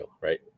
right